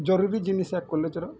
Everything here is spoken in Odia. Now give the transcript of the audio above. ଜରୁରୀ ଜିନିଷ କଲେଜ୍ର